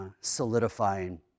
solidifying